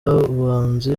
abahanzi